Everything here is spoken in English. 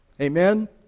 Amen